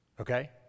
Okay